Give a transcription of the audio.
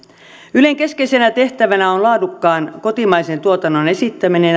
ylen keskeisenä tehtävänä on laadukkaan kotimaisen tuotannon esittäminen